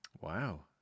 Wow